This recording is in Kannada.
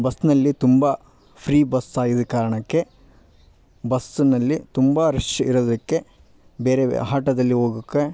ಬಸ್ನಲ್ಲಿ ತುಂಬ ಫ್ರೀ ಬಸ್ ಆಗಿದ ಕಾರಣಕ್ಕೆ ಬಸ್ನಲ್ಲಿ ತುಂಬ ರಶ್ ಇರೋದಕ್ಕೆ ಬೇರೆ ಆಟೋದಲ್ಲಿ ಹೋಗೋಕೆ